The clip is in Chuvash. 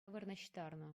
вырнаҫтарнӑ